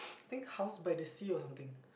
think House by the Sea or something